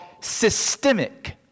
systemic